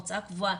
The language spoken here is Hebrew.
ההוצאה קבועה,